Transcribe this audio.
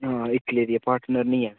ना इक्कले दी ऐ पार्टनर निं ऐ